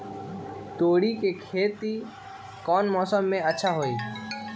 तोड़ी के खेती कौन मौसम में अच्छा होई?